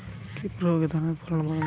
কি প্রয়গে ধানের ফলন বাড়বে?